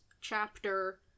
chapter